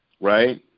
right